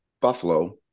Buffalo